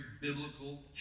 biblical